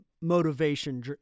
motivation